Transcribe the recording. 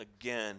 again